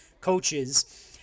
coaches